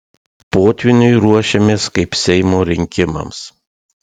potvyniui ruošiamės kaip seimo rinkimams